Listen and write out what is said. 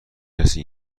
کسی